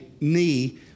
knee